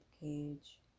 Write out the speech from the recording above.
cage